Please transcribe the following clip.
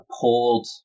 pulled